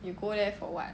you go there for what